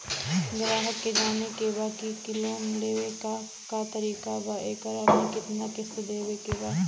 ग्राहक के जाने के बा की की लोन लेवे क का तरीका बा एकरा में कितना किस्त देवे के बा?